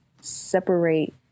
separate